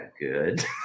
good